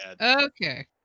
Okay